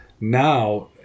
Now